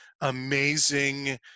amazing